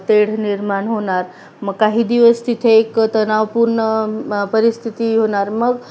तेढ निर्माण होणार मग काही दिवस तिथे एक तणावपूर्ण परिस्थिती होणार मग